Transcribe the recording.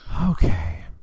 okay